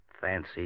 Fancy